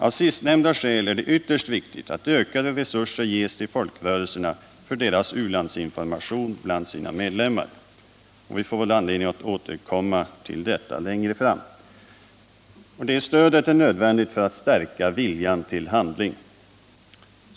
Av sistnämnda skäl är det ytterst viktigt att ökade resurser ges till folkrörelserna för deras u-landsinformation bland sina medlemmar. Vi får väl anledning att återkomma till detta längre fram. Stödet är nödvändigt för att stärka viljan till handling.